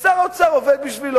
ושר האוצר עובד בשבילו